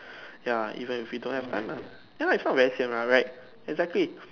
ya even if we don't have time lah ya it's not very sian what right exactly